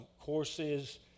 courses